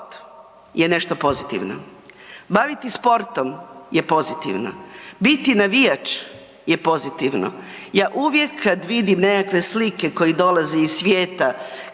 je nešto pozitivno. Baviti sportom je pozitivno, biti navijač je pozitivno. Ja uvijek kad vidim nekakve slike koje dolaze iz svijeta,